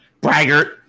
Braggart